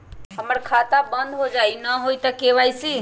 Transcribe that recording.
हमर खाता बंद होजाई न हुई त के.वाई.सी?